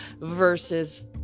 versus